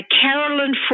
Carolyn